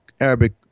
Arabic